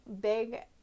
big